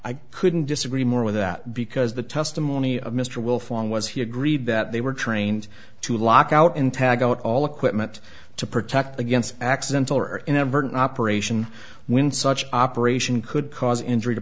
i couldn't disagree more with that because the testimony of mr wilfong was he agreed that they were trained to lock out in tag out all equipment to protect against accidental or inadvertent operation when such operation could cause injury to